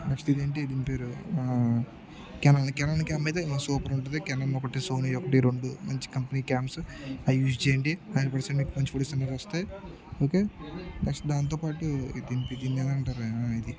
next ఇది ఏంటి దీని పేరు కెన కెనాన్ క్యాప్ అయితే సూపర్ ఉంటుంది కెనాన్ ఒకటి సోనీ ఒకటి రెండు మంచి కంపెనీ క్యాంప్స్ అవి యూస్ చేయండి హండ్రెడ్ పర్సెంట్ మీకు మంచి ఫోటోస్ అనేది వస్తే ఓకే నెక్స్ట్ దాంతో పాటు అని అంటరు కదా ఇది